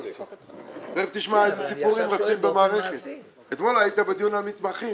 המחירים שבית החולים מוכר הם מחירים שמשקפים את העלות הממוצעת